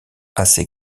assez